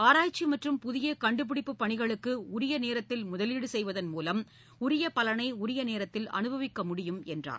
ஆராய்ச்சி மற்றும் புதிய கண்டுபிடிப்பு பணிகளுக்கு உரிய நேரத்தில் முதலீடு செய்வதன் மூலம் உரிய பலனை உரிய நேரத்தில் அனுபவிக்க முடியும் என்றார்